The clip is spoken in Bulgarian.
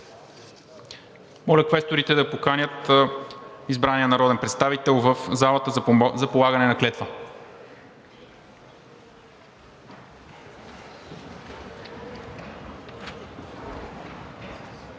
Моля квесторите да поканят избрания народен представител в залата за полагане на клетва.